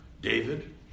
David